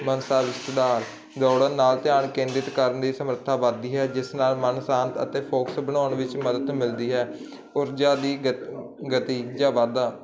ਦੌੜਨ ਨਾਲ ਧਿਆਨ ਕੇਂਦਰਿਤ ਕਰਨ ਦੀ ਸਮਰੱਥਾ ਵੱਧਦੀ ਹੈ ਜਿਸ ਨਾਲ ਮਨ ਸ਼ਾਂਤ ਅਤੇ ਫੋਕਸ ਬਣਾਉਣ ਵਿੱਚ ਮਦਦ ਮਿਲਦੀ ਹੈ ਊਰਜਾ ਦੀ ਗ ਗਤੀ ਜਾਂ ਵਾਧਾ